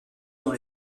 dans